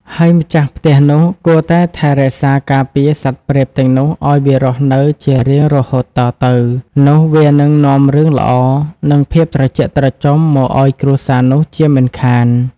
ហើយម្ចាស់ផ្ទះនោះ គួរតែថែរក្សាការពារសត្វព្រាបទាំងនោះឱ្យវារស់នៅជារៀងរហូតតទៅ នោះវានឹងនាំរឿងល្អ និងភាពត្រជាក់ត្រជុំមកឲ្យគ្រួសារនោះជាមិនខាន។